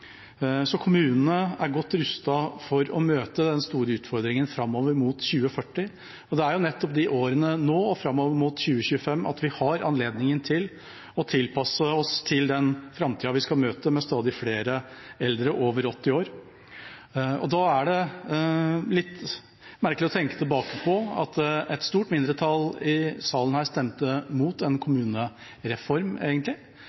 så kommunene er godt rustet for å møte den store utfordringen framover mot 2040. Det er nettopp i årene framover mot 2025 vi har anledning til å tilpasse oss den framtida vi vil møte med stadig flere eldre over 80 år. Da er det litt merkelig å tenke tilbake på at et stort mindretall her i salen stemte mot